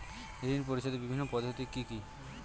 ঋণ পরিশোধের বিভিন্ন পদ্ধতি কি কি?